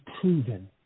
proven